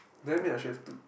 then make a shade to